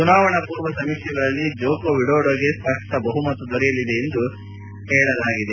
ಚುನಾವಣಾ ಪೂರ್ವ ಸಮೀಕ್ಷೆಗಳಲ್ಲಿ ಜೊಕೊ ವಿಡೊಡೊಗೆ ಸ್ಪಷ್ಟ ಬಹುಮತ ದೊರೆಯಲಿದೆ ಎಂದು ಹೇಳಲಾಗಿದೆ